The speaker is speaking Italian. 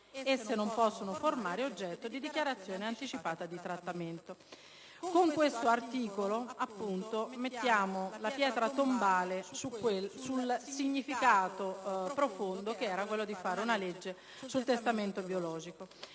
che non possono formare oggetto di dichiarazione anticipata di trattamento. Con quest'articolo, mettiamo la pietra tombale sul significato profondo che aveva il varo di una legge sul testamento biologico: